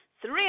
three